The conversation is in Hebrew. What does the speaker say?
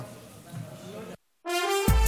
(זכאות